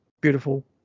Beautiful